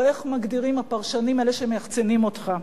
או, איך מגדירים הפרשנים, אלה שמייחצנים אותך?